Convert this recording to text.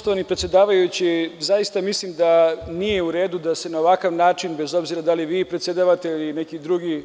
Poštovani predsedavajući, zaista mislim da nije u redu da se na ovakav način, bez obzira da li vi predsedavate ili neki drugi,